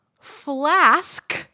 flask